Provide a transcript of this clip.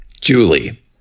Julie